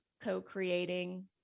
co-creating